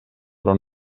però